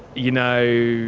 you know,